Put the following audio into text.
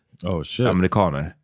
Amerikaner